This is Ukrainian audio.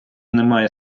немає